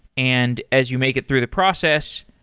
and as you make it through the process,